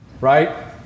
Right